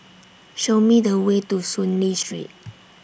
Show Me The Way to Soon Lee Street